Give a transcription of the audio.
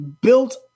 built